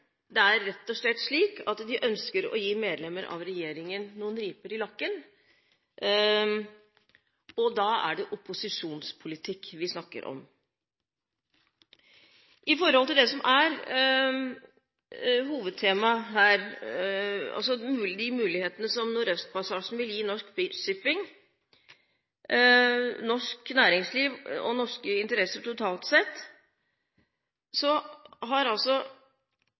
at det rett og slett er slik at de ønsker å gi medlemmer av regjeringen noen riper i lakken, og da er det opposisjonspolitikk vi snakker om. Med hensyn til det som er hovedtema her, altså de mulighetene som Nordøstpassasjen vil gi norsk shipping, norsk næringsliv og norske interesser totalt sett, har altså